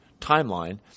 timeline